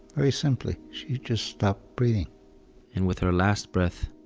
very simply. she just stopped breathing and with her last breath,